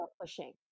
pushing